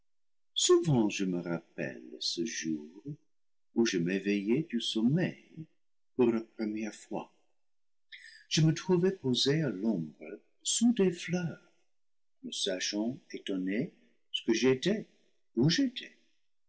souvent je me rappelle ce jour où je m'éveillai du sommeil pour la première fois je me trouvai posée à l'ombre sous des fleurs ne sachant étonnée ce que j'étais où j'étais